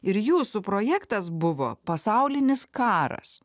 ir jūsų projektas buvo pasaulinis karas